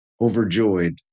overjoyed